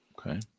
Okay